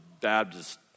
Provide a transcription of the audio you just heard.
Baptist